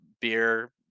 beer